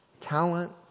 talent